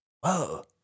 Whoa